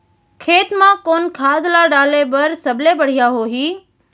खेत म कोन खाद ला डाले बर सबले बढ़िया होही?